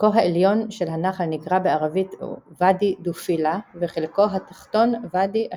חלקו העליון של הנחל נקרא בערבית ואדי דופילה וחלקו התחתון ואדי א-שבאב.